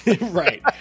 Right